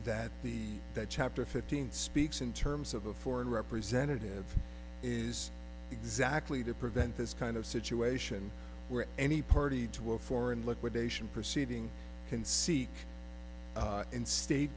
that the that chapter fifteen speaks in terms of a foreign representative is exactly to prevent this kind of situation where any party to a foreign liquidation proceeding can seek in state